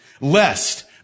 lest